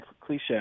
cliche